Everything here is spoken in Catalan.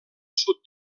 sud